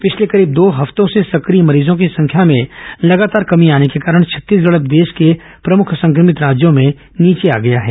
पिछले करीब दो हफ्तों से सक्रिय मरीजों की संख्या में लगातार कमी आने के कारण छत्तीसगढ़ अब देश के प्रमुख संक्रमित राज्यों में नीचे आ गया है